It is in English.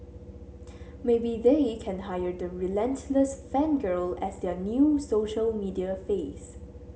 maybe they can hire the relentless fan girl as their new social media face